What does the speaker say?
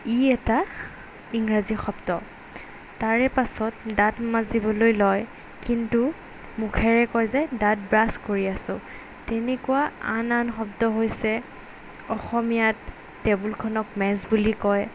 ই এটা ইংৰাজী শব্দ তাৰে পাছত দাঁত মাজিবলৈ লয় কিন্তু মুখেৰে কয় যে দাঁত ব্ৰাছ কৰি আছোঁ তেনেকুৱা আন আন শব্দ হৈছে অসমীয়াত টেবুলখনক মেজ বুলি কয়